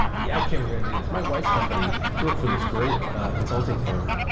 yeah okay, we're going to do this my wife's company. she worked for this great consulting firm.